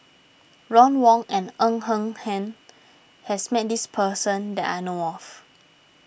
Ron Wong and Ng Eng Hen has met this person that I know of